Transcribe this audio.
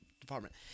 department